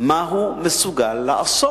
מה הוא מסוגל לעשות.